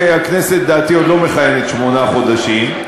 הכנסת לדעתי עוד לא מכהנת שמונה חודשים.